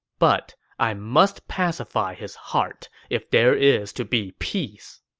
but i must pacify his heart if there is to be peace.